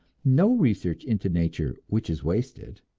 no research into nature which is wasted.